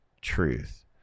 truth